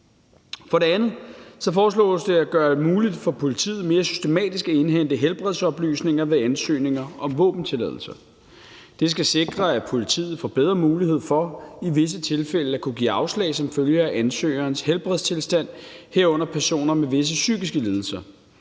For det andet foreslås det at gøre det muligt for politiet mere systematisk at indhente helbredsoplysninger ved ansøgninger om våbentilladelser. Det skal sikre, at politiet får bedre mulighed for i visse tilfælde at kunne give afslag som følge af ansøgerens helbredstilstand, herunder personer med visse psykiske lidelser.